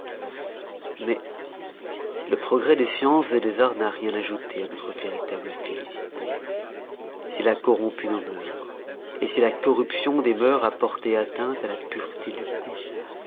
mais si le progrès des sciences des arts n'a rien ajouté à notre félicité s'il a corrompu nos mœurs si la corruption des mœurs a porté atteinte à la pureté du goût